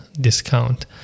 discount